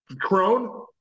crone